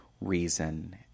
reason